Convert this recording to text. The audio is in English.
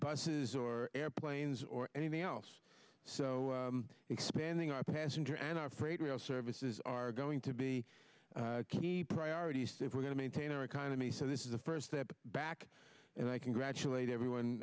buses or airplanes or anything else so expanding our passenger and our freight rail services are going to be key priorities that we're going to maintain our economy so this is a first step back and i congratulate everyone